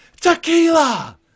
tequila